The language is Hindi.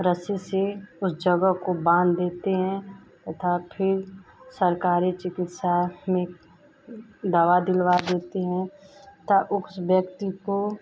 रस्सी से उस जगह को बाँध देते हैं तथा फिर सरकारी चिकित्सा में दवा दिलवा देते हैं तथा उस व्यक्ति को